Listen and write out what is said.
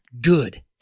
good